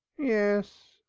yes,